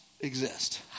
exist